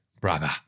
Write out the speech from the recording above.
brother